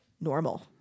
normal